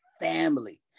family